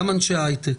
גם אנשי הייטק.